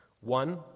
One